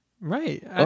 Right